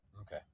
Okay